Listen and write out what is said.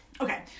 Okay